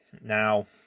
Now